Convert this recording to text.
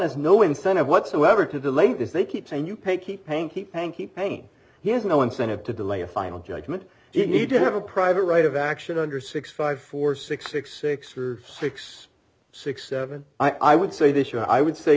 has no incentive whatsoever to delay this they keep saying you pay keep paying keep hanky pain he has no incentive to delay a final judgment you need to have a private right of action under six five four six six six or six six seven i would say this year i would say